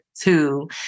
two